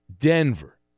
Denver